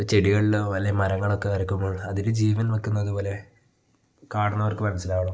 ചെടികളിലോ അല്ലേ മരങ്ങളൊക്കെ വരക്കുമ്പോൾ അതിൽ ജീവൻ വെക്കുന്നത് പോലെ കാണുന്നവർക്ക് മനസ്സിലാകണം